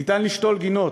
ניתן לשתול גינות,